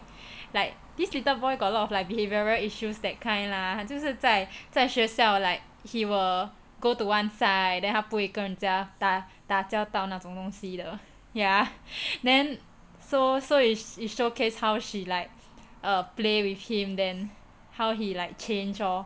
like this little boy got a lot of like behavioural issues that kind lah 就是在在学校 like he will go to one side then 不会跟人家打交道那种东西的 ya then so so it showcase how she like play with him then how he change lor